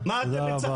מה אתם מצחקקים?